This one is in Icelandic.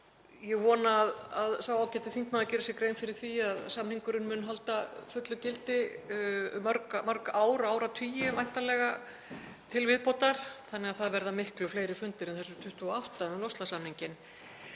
Ég vona að sá ágæti þingmaður geri sér grein fyrir því að samningurinn mun halda fullu gildi í mörg ár og áratugi væntanlega til viðbótar þannig að það verða miklu fleiri fundir en þessir 28 um loftslagssamninginn.